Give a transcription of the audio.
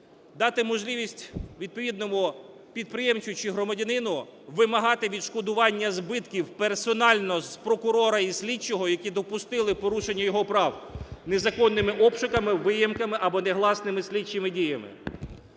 дати можливість відповідному підприємцю чи громадянину вимагати відшкодування збитків персонально з прокурора і слідчого, які допустили порушення його прав незаконними обшуками, вийомками або негласними слідчими діями.